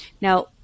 Now